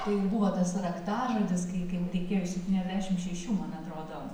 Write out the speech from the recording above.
tai ir buvo tas raktažodis kai kai reikėjo iš septyniasdešim šešių man atrodo